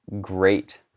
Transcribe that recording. great